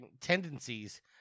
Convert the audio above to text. tendencies